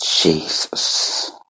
Jesus